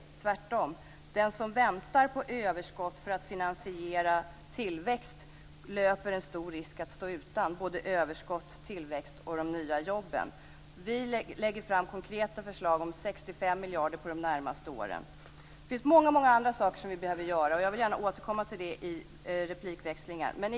Tvärtom är det så att den som väntar på överskott för att finansiera tillväxt löper en stor risk att stå utan såväl överskott som tillväxt och de nya jobben. Vi lägger fram konkreta förslag om 65 miljarder kronor för de närmaste åren. Men det finns många andra saker som vi behöver göra och jag vill gärna återkomma till dem i replikväxlingen.